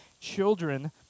children